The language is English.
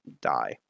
die